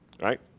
Right